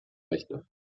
rechte